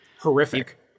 Horrific